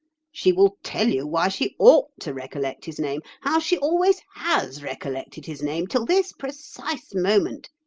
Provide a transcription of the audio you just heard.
she will tell you why she ought to recollect his name, how she always has recollected his name till this precise moment.